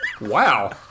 Wow